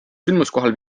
sündmuskohal